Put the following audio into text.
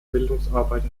bildungsarbeit